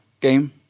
game